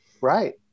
Right